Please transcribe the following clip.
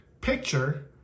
picture